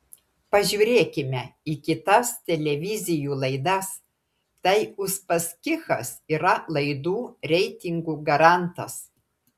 pažiūrėkime į kitas televizijų laidas tai uspaskichas yra laidų reitingų garantas